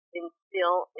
instill